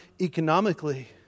economically